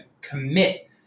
commit